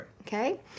Okay